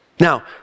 Now